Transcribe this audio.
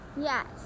yes